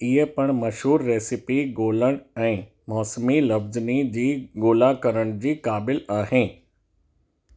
इहे पण मशहूरु रेसिपी ॻोल्हण ऐं मौसमी लफ़्ज़नि जी ॻोल्हा करण जी क़ाबिल आहे